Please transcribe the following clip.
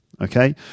okay